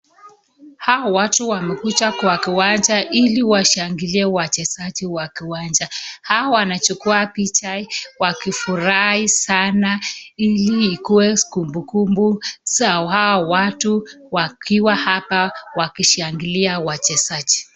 Hawa watu wamekuja kwa kiwanja ili washangilie wachezaji, kwa kiwanja hawa wanachukua picha wakifurahi sana ili ikuwe kumbukumbu zao, hawa watu wakiwa hapa wakishangilia wachezaji.